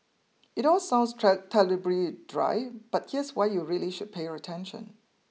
it all sounds try terribly dry but here's why you really should pay your attention